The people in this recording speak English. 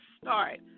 start